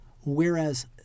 Whereas